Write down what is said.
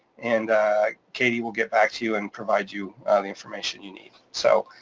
and katie will get back to you and provide you the information you need. so,